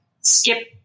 skip